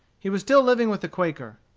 he was still living with the quaker.